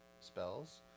spells